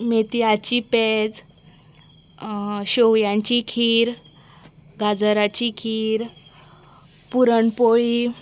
मेथयाची पेज शेवयांची खीर गाजराची खीर पुरणपोळी